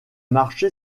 marché